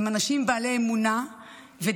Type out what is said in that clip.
הם אנשים בעלי אמונה ודרך.